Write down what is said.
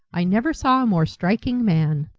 i never saw a more striking man.